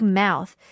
mouth